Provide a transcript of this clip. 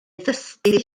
ddysgu